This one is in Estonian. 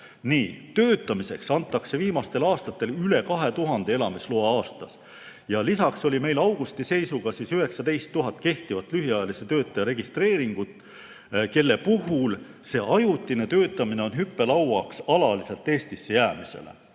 Töötamiseks antakse viimastel aastatel üle 2000 elamisloa aastas. Lisaks oli meil augusti seisuga 19 000 kehtivat lühiajalise töötaja registreeringut, kelle puhul ajutine töötamine on hüppelauaks alaliselt Eestisse jäämisele.